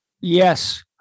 yes